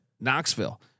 Knoxville